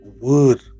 word